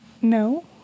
No